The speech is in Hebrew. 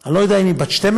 אני לא יודע אם היא בת 12,